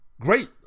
great